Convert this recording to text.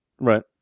Right